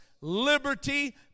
liberty